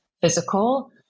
physical